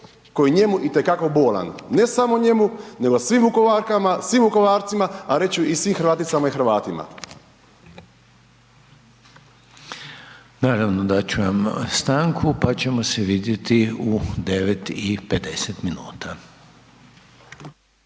koji je njemu itekako bolan. Ne samo njemu nego svim Vukovarkama, svim Vukovarcima, a reći ću i svim Hrvaticama i Hrvatima. **Reiner, Željko (HDZ)** Naravno, dat ću vam stanku pa ćemo se vidjeti u 9 i 50 minuta.